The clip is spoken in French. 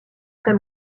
très